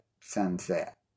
sunset